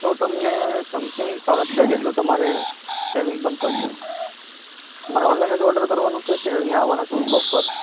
તો તમને સમથિંગ સાડા છ જેટલું તમારે સેવિંગ પણ થશે તમારે ઑનલાઈન જ ઓર્ડર કરવાનો છે કે અહીંયા આવવાના છો શોપ પર